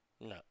no